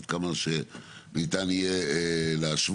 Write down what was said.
עד כמה שניתן יהיה להשוות.